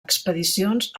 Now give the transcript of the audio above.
expedicions